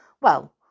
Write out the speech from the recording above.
Well